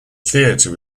theatre